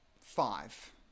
five